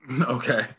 Okay